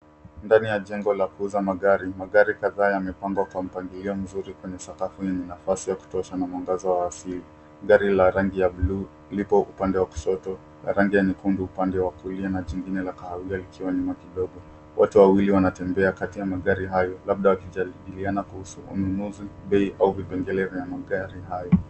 Ndani ya jengo la kuuza magari. Magari kadhaa yamepangwa kwa mpangilio mzuri kwenye sakafu na nafasi ya kutosha na mwangaza wa asili. Gari la rangi ya bluu lipo upande wa kushoto na rangi ya nyekundu upande wa kulia na jingine la kahawia likiwa nyuma kidogo. Watu wawili wanatembea kati ya magari hayo labda wakijadiliana kuhusu ununuzi, bei au vipengele vya magari hayo.